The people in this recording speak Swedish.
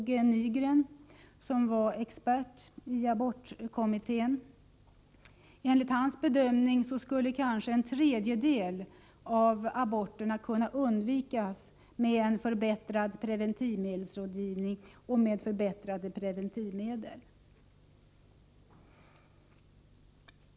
G. Nygren, som var expert i abortkommittén, skulle kanske en tredjedel av aborterna kunna undvikas med förbättrad preventivmedelsrådgivning och med förbättrade preventivmedel.